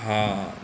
हँ